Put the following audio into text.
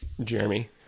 Jeremy